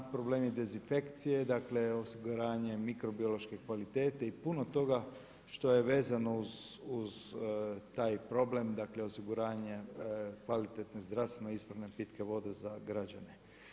Problemi dezinfekcije, dakle osiguranje mikrobiološke kvalitete i puno toga što je vezano uz taj problem, dakle osiguranje kvalitetne zdravstveno ispravne pitke vode za građane.